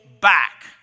back